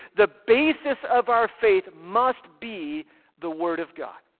the basis of our faith must be the word of god.